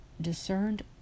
discerned